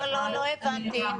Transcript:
לא הבנת.